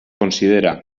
considera